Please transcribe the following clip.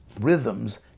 rhythms